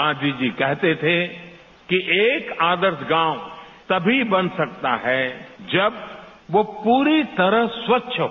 गांधी जी कहते थे कि एक आदर्श गांव तभी बन सकता है जब वह पूरी तरह स्वच्छ हो